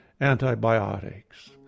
antibiotics